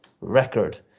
record